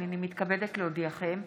הינני מתכבדת להודיעכם,